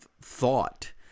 thought